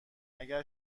اگر